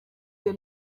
the